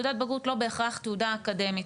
תעודת הבגרות לא בהכרח תעודה אקדמית,